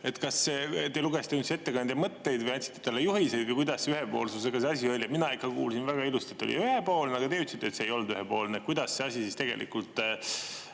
kas te lugesite ettekandja mõtteid või andsite talle juhiseid või kuidas ühepoolsusega see asi oli? Mina kuulsin väga ilusti, et oli ühepoolne, aga teie ütlesite, et see ei olnud ühepoolne. Kuidas see asi siis tegelikult